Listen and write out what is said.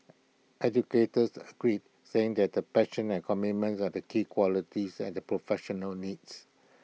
educators agreed saying that the passion and commitment are the key qualities that the professional needs